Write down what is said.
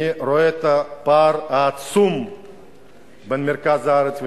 אני רואה את הפער העצום בין מרכז הארץ לפריפריה,